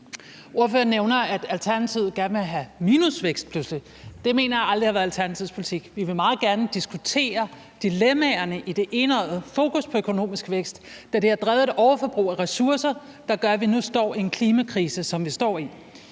Ordføreren nævner, at Alternativet pludselig gerne vil have minusvækst. Det mener jeg aldrig har været Alternativets politik. Vi vil meget gerne diskutere dilemmaerne i det enøjede fokus på økonomisk vækst, da det har drevet et overforbrug af ressourcer, der gør, at vi nu står i en klimakrise. Så nævner